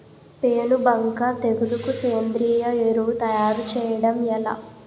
పేను బంక తెగులుకు సేంద్రీయ ఎరువు తయారు చేయడం ఎలా?